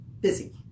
busy